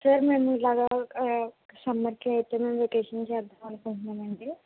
sir మేము ఇలాగా సమ్మర్కి ఎటైనా వెకేషన్ చేద్దామనుకుంటున్నామండి